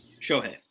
Shohei